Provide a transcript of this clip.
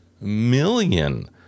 million